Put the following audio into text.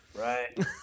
Right